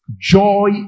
joy